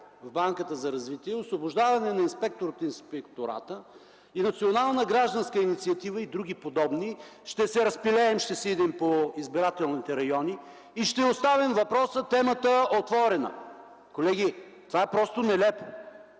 в Банката за развитие, освобождаване на инспектор от Инспектората, Национална гражданска инициатива и други подобни, ще се разпилеем, ще си идем по избирателните райони и ще оставим темата отворена. Колеги, това е просто нелепо!